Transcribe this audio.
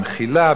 במחילה,